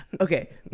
Okay